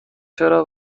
چرا